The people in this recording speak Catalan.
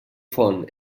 font